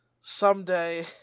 someday